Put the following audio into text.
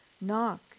Knock